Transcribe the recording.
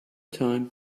time